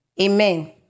Amen